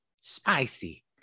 spicy